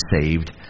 saved